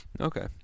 Okay